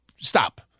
Stop